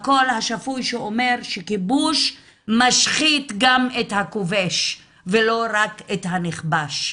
הקול השפוי שאומר שכיבוש משחית גם את הכובש ולא רק את הנכבש.